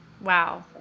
Wow